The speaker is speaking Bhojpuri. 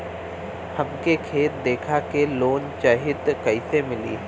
हमके खेत देखा के लोन चाहीत कईसे मिली?